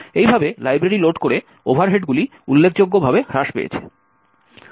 এইভাবে library load করে ওভারহেডগুলি উল্লেখযোগ্যভাবে হ্রাস পেয়েছে